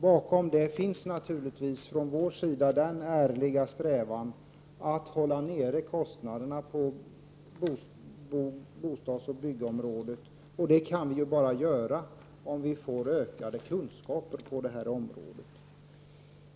Bakom detta finns naturligtvis den ärliga strävan från vår sida att hålla nere kostnaderna på bostadsoch byggområdet. Det kan vi bara göra om vi får ökade kunskaper på detta område.